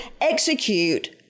execute